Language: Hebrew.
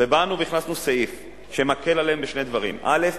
ובאנו והכנסנו סעיף שמקל עליהם בשני דברים: א.